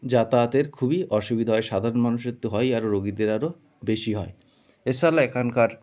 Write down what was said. যাতায়াতের খুবই অসুবিধা হয় সাধারণ মানুষের তো হয়ই আরো রোগীদের আরো বেশি হয় এছাড়া এখানকার